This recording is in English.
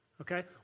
okay